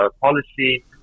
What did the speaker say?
policy